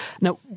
Now